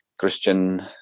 Christian